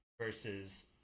versus